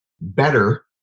better